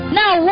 now